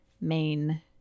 main